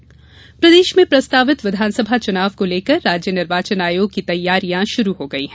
निर्वाचन साक्षरता प्रदेश में प्रस्तावित विधानसभा चुनाव को लेकर राज्य निर्वाचन आयोग की तैयारियां शुरू हो गई हैं